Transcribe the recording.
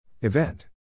Event